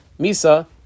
misa